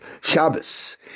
Shabbos